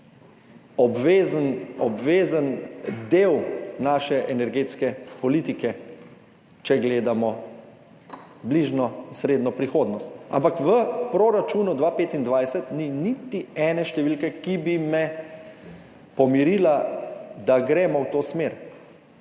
obvezen del naše energetske politike, če gledamo bližnjo in srednjo prihodnost. Ampak v proračunu 2025 ni niti ene številke, ki bi me pomirila, da gremo v to smer,